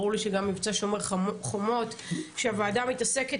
ברור לי שגם מבצע שומר חומות שהוועדה מתעסקת